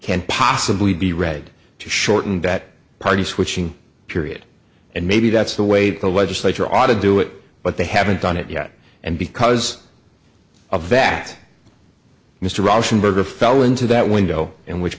can't possibly be read to shorten that party switching period and maybe that's the way the legislature ought to do it but they haven't done it yet and because of that mr rauschenberg or fell into that window in which